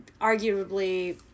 arguably